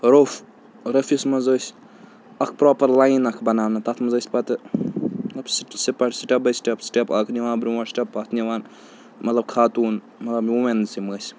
روٚف روٚفِس منٛز ٲسۍ اَکھ پرٛاپَر لایِن اَکھ بَناونہٕ تَتھ منٛز ٲسۍ پَتہٕ مطلب سِہ سٹٮ۪پ باے سِٹٮ۪پ سٹیٚپ اَکھ نِوان برونٛٹھ سِٹٮ۪پ پَتھ نِوان مطلب خاتوٗن مطلب وُمٮ۪نٕز یِم ٲسۍ